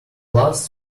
last